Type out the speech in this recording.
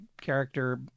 character